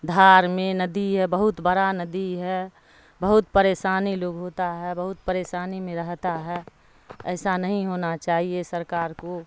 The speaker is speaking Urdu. دھار میں ندی ہے بہت بڑا ندی ہے بہت پریشانی لوگ ہوتا ہے بہت پریشانی میں رہتا ہے ایسا نہیں ہونا چاہیے سرکار کو